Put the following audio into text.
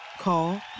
Call